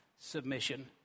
submission